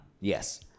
Yes